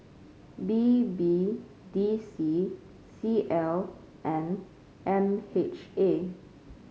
B B D C C L and M H A